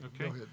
Okay